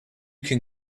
can